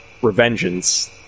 Revengeance